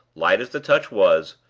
light as the touch was,